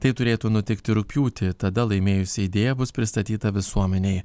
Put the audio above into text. tai turėtų nutikti rugpjūtį tada laimėjusi idėja bus pristatyta visuomenei